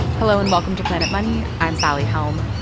hello, and welcome to planet money. i'm sally helm.